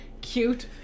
cute